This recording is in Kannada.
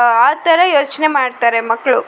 ಆ ಥರ ಯೋಚನೆ ಮಾಡ್ತಾರೆ ಮಕ್ಕಳು